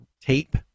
tape